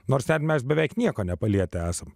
nors ten mes beveik nieko nepalietę esam